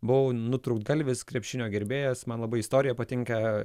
buvau nutrūktgalvis krepšinio gerbėjas man labai istorija patinka